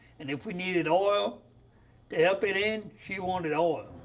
and if we needed oil to help it end, she wanted oil.